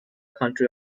country